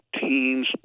teams